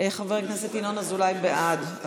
חבר הכנסת ינון אזולאי, בעד.